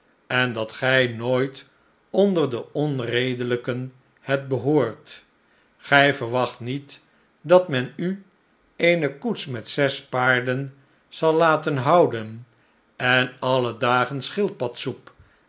en dat gij nooit onder de onredelijken hebt behoord gij verwacht niet dat men u eene koets met zes paarden zal la ten houden en alle dagen schildpadsoep